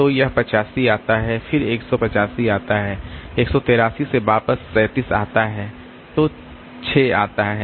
तो वह 85 आता है फिर 185 आता है 183 से वापस 37 आता है तो 6 आता है